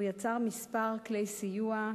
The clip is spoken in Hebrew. יצר כמה כלי סיוע,